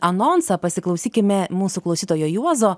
anonsą pasiklausykime mūsų klausytojo juozo